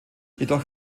jedoch